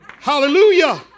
Hallelujah